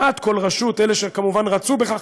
אלה שכמובן רצו בכך.